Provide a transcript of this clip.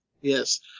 Yes